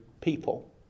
people